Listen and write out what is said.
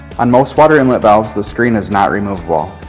on most water inlet valves the screen is not removable.